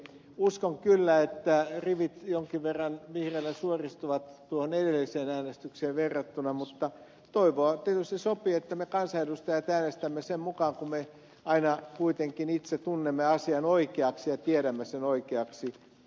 uskon kyllä että rivit jonkin verran vihreillä suoristuvat tuohon edelliseen äänestykseen verrattuna mutta toivoa tietysti sopii että me kansanedustajat äänestämme sen mukaan kuin me aina kuitenkin itse tunnemme asian oikeaksi ja tiedämme sen oikeaksi